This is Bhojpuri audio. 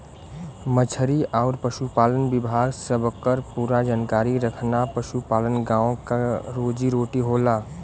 मछरी आउर पसुपालन विभाग सबकर पूरा जानकारी रखना पसुपालन गाँव क रोजी रोटी होला